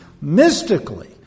Mystically